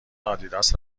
آدیداس